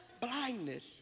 blindness